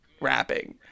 rapping